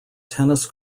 tennis